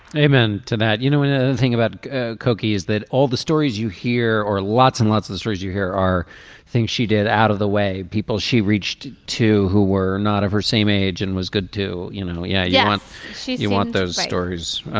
amen to that. you know another thing about ah cokie is that all the stories you hear or lots and lots of the stories you hear are things she did out of the way people she reached to who were not of her same age and was good to you know you know yeah yeah she's you want those stories.